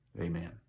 Amen